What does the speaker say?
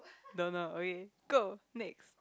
don't know okay go next